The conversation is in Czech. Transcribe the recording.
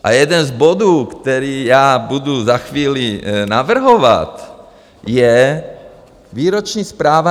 A jeden z bodů, který já budu za chvíli navrhovat, je výroční zpráva NCOZ.